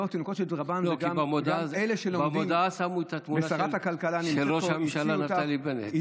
כי במודעה שמו את התמונה של ראש הממשלה נפתלי בנט.